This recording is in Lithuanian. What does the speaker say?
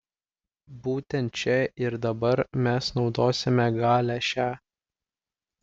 būtent čia ir dabar mes naudosime galią šią